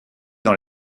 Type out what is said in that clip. dans